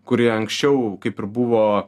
kuri anksčiau kaip ir buvo